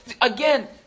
Again